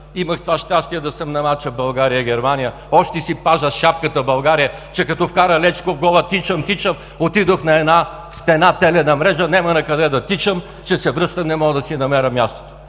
имах това щастие да съм на мача България-Германия. Още си пазя шапката „България“, че като вкара Лечков гола тичам, тичам. Отидох на една стена, телена мрежа, няма накъде да тичам, че се връщам, не мога да си намеря мястото!